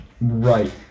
Right